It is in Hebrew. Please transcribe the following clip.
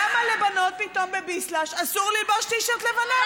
למה לבנות פתאום בביסל"ש אסור ללבוש טי-שירט לבנה?